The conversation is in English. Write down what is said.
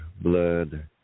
blood